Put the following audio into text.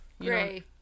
gray